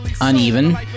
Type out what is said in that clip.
uneven